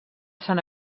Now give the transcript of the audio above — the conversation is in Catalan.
sant